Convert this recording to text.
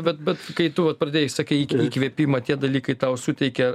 bet bet kai tu vat pradėjai sakai iki įkvėpimą tie dalykai tau suteikia